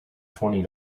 twenty